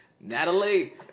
Natalie